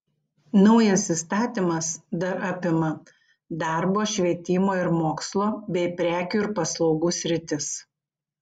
naujas įstatymas dar apima darbo švietimo ir mokslo bei prekių ir paslaugų sritis